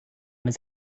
his